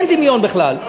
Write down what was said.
אין דמיון בכלל.